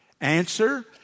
Answer